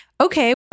okay